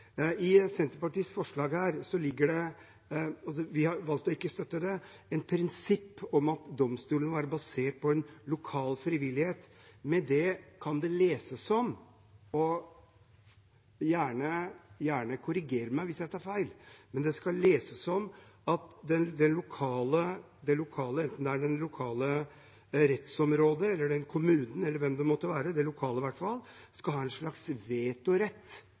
i. Vi har valgt å ikke støtte Senterpartiets forslag og prinsippet om at domstolene må være basert på en lokal frivillighet. Man må gjerne korrigere meg hvis jeg tar feil, men det kan leses som at det lokale – enten det er det lokale rettsområdet, kommunen eller hvem det måtte være – skal ha en slags vetorett